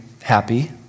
happy